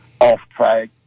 off-track